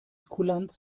kulanz